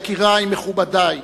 יקירי, מכובדי,